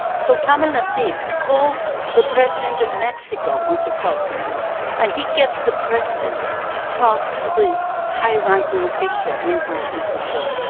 so kamel nacif calls the president of mexico on his cell phone and he gets the president to talk to the high ranking official, immigration official.